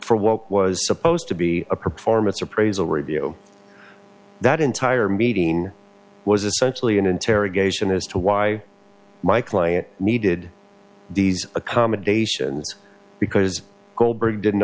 for what was supposed to be a performance appraisal review that entire meeting was essentially an interrogation as to why my client needed these accommodations because goldberg didn't